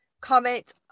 comment